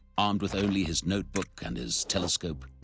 armed with only his notebook and his telescope,